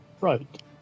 Right